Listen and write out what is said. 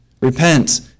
Repent